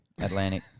Atlantic